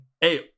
Hey